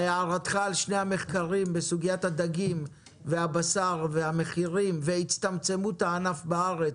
לגבי הערתך על שני המחקרים בסוגיית הבשר והדגים והצטמצמות הענף בארץ,